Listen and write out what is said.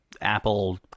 Apple